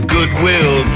Goodwill